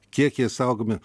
kiek jie saugomi